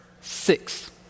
six